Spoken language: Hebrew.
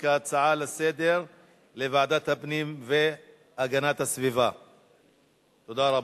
להצעה לסדר-היום ולהעביר את הנושא לוועדת